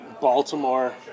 Baltimore